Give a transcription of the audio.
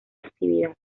actividad